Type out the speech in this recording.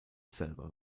selber